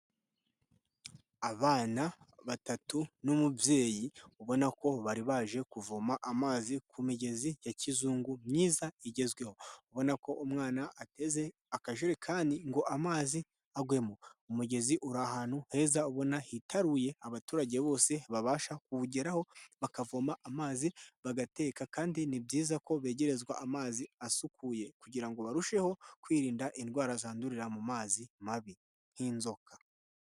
Abana batatu n'umubyeyi, ubona ko bari baje kuvoma amazi ku migezi ya kizungu myiza igezweho, ubona ko umwana ateze akajerekani ngo amazi agwemo. Umugezi uri ahantu heza ubona hitaruye, abaturage bose babasha kuwugeraho bakavoma amazi bagateka kandi ni byiza ko begerezwa amazi asukuye kugira ngo barusheho kwirinda indwara zandurira mu mazi mabi nk'inzoka.